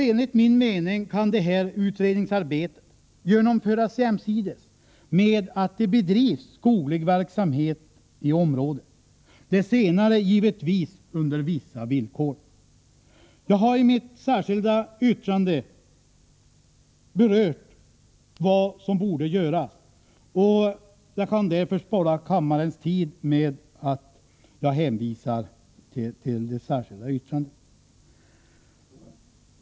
Enligt min mening kan detta utredningsarbete genomföras jämsides med att det bedrivs skoglig verksamhet i området — det senare givetvis under vissa villkor. Jag har i mitt särskilda yttrande berört vad som borde göras, och jag kan spara kammarens tid genom att hänvisa till detta.